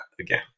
again